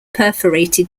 perforated